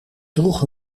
droeg